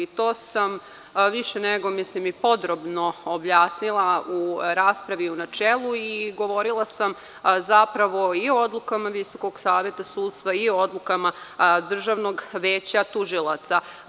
To sam više nego i podrobno objasnila u raspravi u načelu i govorila sam zapravo i o odlukama VSS i o odlukama državnog veća tužilaca.